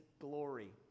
glory